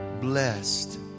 blessed